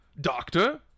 doctor